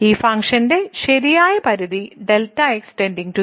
ഈ ഫംഗ്ഷന്റെ ശരിയായ പരിധി Δx 0